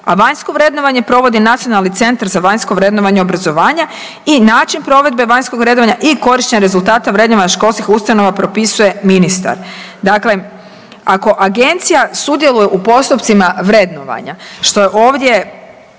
a vanjsko vrednovanje provodi Nacionalni centar za vanjsko vrednovanje obrazovanja, i način provedbe vanjskog vrednovanja. I … /ne razumije se/… rezultate vrednovanja školskih ustanova propisuje ministar. Dakle, ako Agencija sudjeluje u postupcima vrednovanja što je ovdje